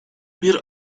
bir